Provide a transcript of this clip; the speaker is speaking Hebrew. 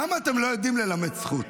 למה אתם לא יודעים ללמד זכות?